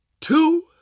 two